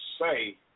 say